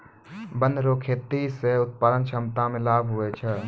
वन रो खेती से उत्पादन क्षमता मे लाभ हुवै छै